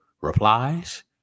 replies